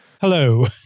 Hello